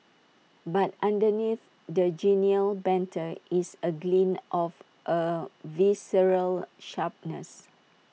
but underneath the genial banter is A glint of A visceral sharpness